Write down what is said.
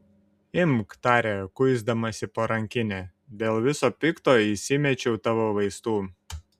imk tarė kuisdamasi po rankinę dėl viso pikto įsimečiau tavo vaistų